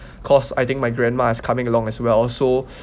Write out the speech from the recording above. cause I think my grandma is coming along as well so